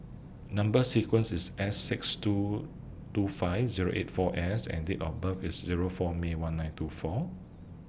Number sequence IS S six two two five Zero eight four S and Date of birth IS Zero four May one nine two four